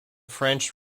french